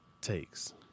Takes